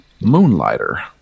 Moonlighter